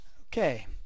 okay